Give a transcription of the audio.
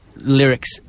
Lyrics